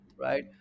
right